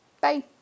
Bye